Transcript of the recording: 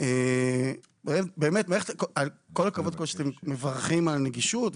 כל הכבוד על כך שאתם מברכים על הנגישות,